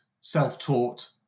self-taught